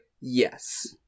Yes